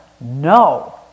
No